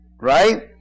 Right